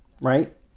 right